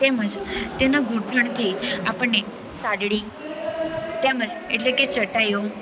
તેમજ તેના ઘુંટણથી આપણને સાદડી તેમજ એટલે કે ચટાઈઓ